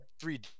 three